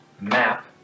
map